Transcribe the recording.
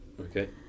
okay